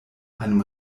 einem